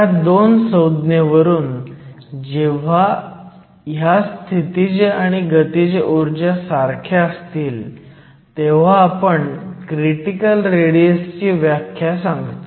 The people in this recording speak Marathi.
ह्या दोन संज्ञेवरून जेव्हा ह्या स्थितीज आणि गतीज ऊर्जा सारख्या असतील तेव्हा आपण क्रिटिकल रेडियस ची व्याख्या सांगतो